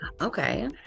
okay